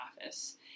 office